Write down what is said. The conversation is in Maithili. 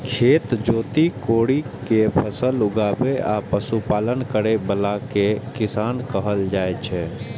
खेत जोति कोड़ि कें फसल उगाबै आ पशुपालन करै बला कें किसान कहल जाइ छै